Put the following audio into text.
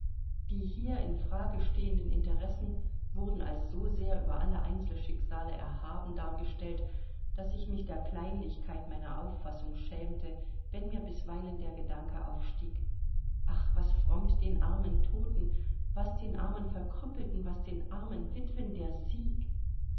die hier in frage stehenden interessen wurden als so sehr über alle einzelschicksale erhaben dargestellt daß ich mich der kleinlichkeit meiner auffassung schämte wenn mir bisweilen der gedanke aufstieg ach was frommt den armen toten was den armen verkrüppelten was den armen witwen der sieg